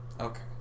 Okay